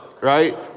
right